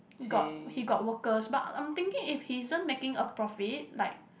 got he got workers but I'm thinking if he isn't making a profit like